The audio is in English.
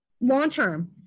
long-term